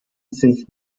sich